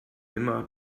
immer